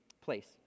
place